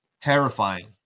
terrifying